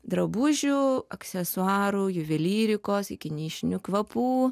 drabužių aksesuarų juvelyrikos iki nišinių kvapų